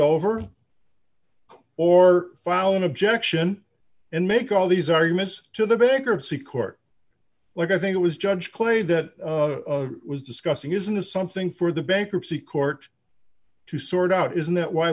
over or file an objection and make all these arguments to the bankruptcy court but i think it was judge clay that was discussing isn't it something for the bankruptcy court to sort out isn't that why